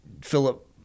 Philip